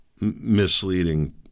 misleading